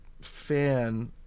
fan